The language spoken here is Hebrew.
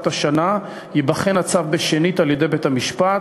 השנה ייבחן הצו שנית על-ידי בית-המשפט,